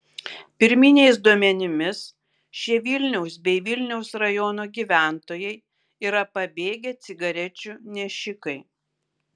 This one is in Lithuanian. pirminiais duomenimis šie vilniaus bei vilniaus rajono gyventojai yra pabėgę cigarečių nešikai